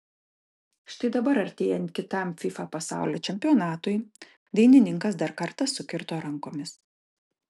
štai dabar artėjant kitam fifa pasaulio čempionatui dainininkas dar kartą sukirto rankomis